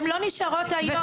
הן לא נשארות היום,